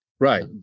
right